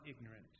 ignorant